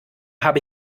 habe